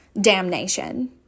damnation